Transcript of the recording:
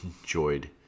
enjoyed